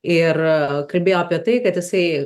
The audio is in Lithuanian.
ir kalbėjo apie tai kad jisai